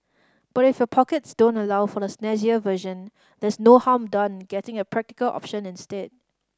but if your pockets don't allow for the snazzier version there is no harm done getting a practical option instead